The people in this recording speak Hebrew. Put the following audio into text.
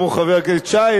כמו חבר הכנסת שי,